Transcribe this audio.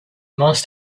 must